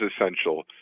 essential